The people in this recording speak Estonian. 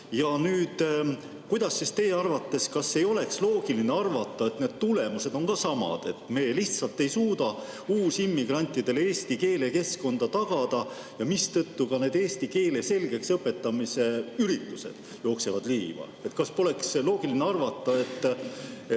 lahkus. Kuidas teie arvates on? Kas ei oleks loogiline arvata, et praegused tulemused on ka samad: me lihtsalt ei suuda uusimmigrantidele eesti keelekeskkonda tagada, mistõttu ka nendele eesti keele selgeks õpetamise üritused jooksevad liiva? Kas poleks loogiline arvata, et